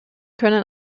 können